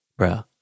bruh